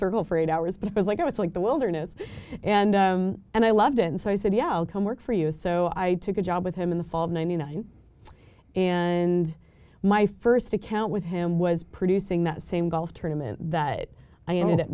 circle for eight hours because like i was like the wilderness and and i loved and so i said the outcome worked for us so i took a job with him in the fall of ninety nine and my first account with him was producing that same golf tournament that i ended up